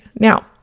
Now